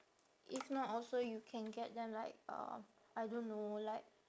if not also you can get them like uh I don't know like